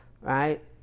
right